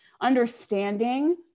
understanding